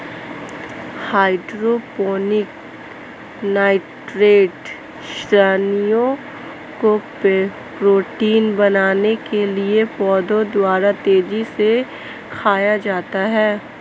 hydroponic nitrate ऋणायनों को protein बनाने के लिए पौधों द्वारा तेजी से खाया जाता है